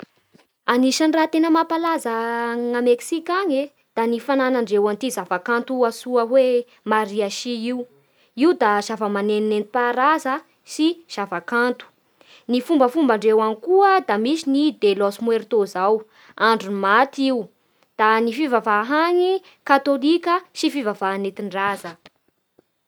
Anisan'ny raha mampalaza a ny Meksika any e, da ny fananandreo an'ity zava-kanto antsoa hoe Mariachi Io da zava-maneno nentim-paharaza sy zava-kanto Ny fombafombandreo any koa da misy ny De Los Muertos zany, andro ny maty io Ny fivavaha any katôloka sy fivavaha nentin-draza